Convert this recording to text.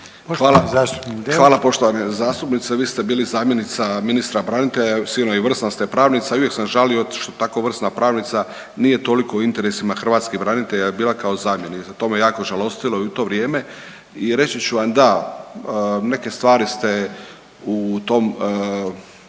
Hvala poštovana zastupnice, vi ste bili zamjenica ministra branitelja, sigurno i vrsna ste pravnica i uvijek sam žalio što tako vrsna pravnica nije toliko u interesima hrvatskih branitelja bila kao zamjenica. To me jako žalostilo u to vrijeme. I reći ću vam da, neke stvari ste u tom